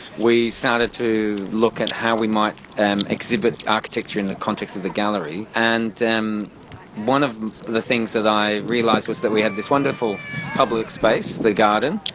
we started to look at how we might and exhibit architecture in the context of the gallery. and one of the things that i realised was that we have this wonderful public space, the garden,